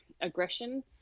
aggression